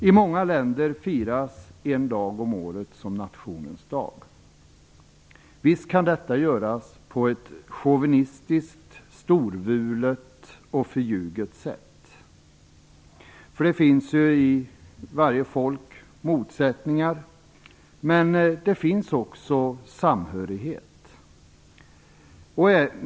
I många länder firas en dag om året nationens dag. Visst kan detta göras på ett chauvinistiskt, storvulet och förljuget sätt - det finns ju motsättningar inom varje folk. Men det finns också samhörighet.